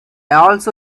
also